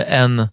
en